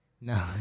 No